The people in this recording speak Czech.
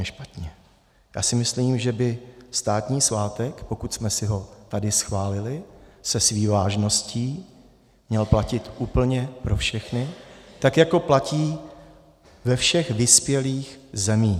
Já si myslím, že by státní svátek, pokud jsme si ho tady schválili se vší vážností, měl platit úplně pro všechny, tak jako platí ve všech vyspělých zemích.